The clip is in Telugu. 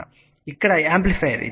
ఇది ఇక్కడ యాంప్లిఫైయర్